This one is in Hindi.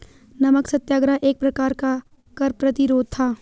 नमक सत्याग्रह एक प्रकार का कर प्रतिरोध था